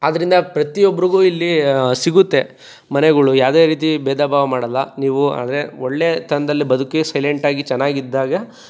ಆದ್ರಿಂದ ಪ್ರತಿ ಒಬ್ರಿಗೂ ಇಲ್ಲಿ ಸಿಗುತ್ತೆ ಮನೆಗಳು ಯಾವುದೆ ರೀತಿ ಬೇಧ ಭಾವ ಮಾಡಲ್ಲ ನೀವು ಆದರೆ ಒಳ್ಳೆ ತನದಲ್ಲಿ ಬದುಕಿ ಸೈಲೆಂಟಾಗಿ ಚೆನ್ನಾಗಿದ್ದಾಗ